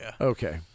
Okay